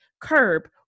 Curb